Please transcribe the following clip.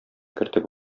кертеп